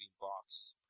box